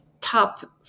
top